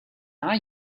are